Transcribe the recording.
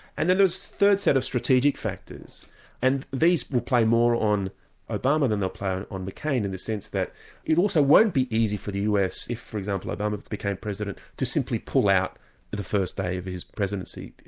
and then there's a third set of strategic factors and these will play more on obama than they'll play on mccain in the sense that it also won't be easy for the us if for example obama became president to simply pull out the first day of his presidency.